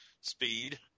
Speed